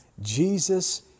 Jesus